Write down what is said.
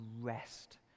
rest